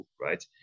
right